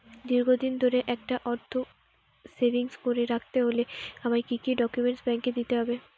দীর্ঘদিন ধরে একটা অর্থ সেভিংস করে রাখতে হলে আমায় কি কি ডক্যুমেন্ট ব্যাংকে দিতে হবে?